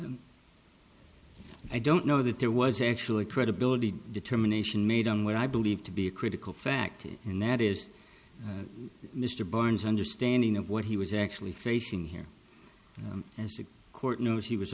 i don't know that there was actually a credibility determination made on what i believe to be a critical factor in that is mr barnes understanding of what he was actually facing here as the court knows he was